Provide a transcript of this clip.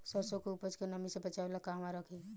सरसों के उपज के नमी से बचावे ला कहवा रखी?